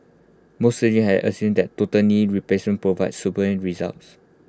most surgeons have assumed that total knee replacement provides superior results